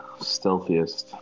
stealthiest